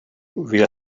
will